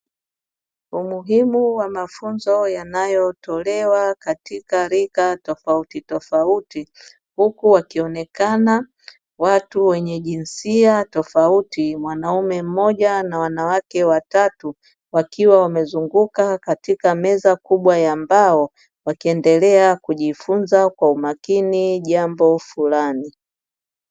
Umuhimu wa mafunzo yanayotolewa katika rika tofautitofauti, huku wakionekana watu wenye jinsia tofauti ,mwanaume mmoja na wanawake watatu wakiwa wamezunguka katika meza ya mbao, wakiendelea kujifunza kwa umakini jambo fulani.